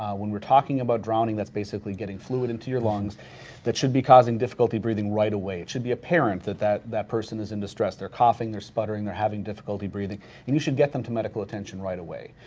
when we're talking about drowning, that's basically getting fluid into your lungs that should be causing difficulty breathing right away. it should be apparent that that that person is in distress, they're coughing, they're sputtering, they're having difficulty breathing, and you should get them to medical attention right away.